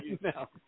no